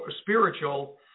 spiritual